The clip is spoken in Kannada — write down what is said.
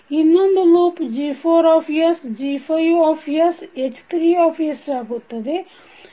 ಇನ್ನೊಂದು ಲೂಪ್ G4sG5sH3s ಆಗುತ್ತದೆ